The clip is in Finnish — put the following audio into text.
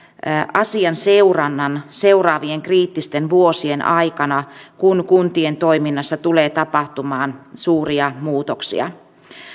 asian seurannan seuraavien kriittisten vuosien aikana kun kuntien toiminnassa tulee tapahtumaan suuria muutoksia